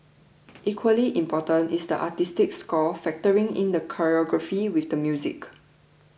equally important is the artistic score factoring in the choreography with the music